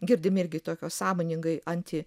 girdime irgi tokio sąmoningai anti